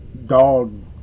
dog